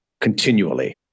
continually